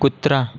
कुत्रा